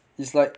it's like